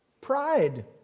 pride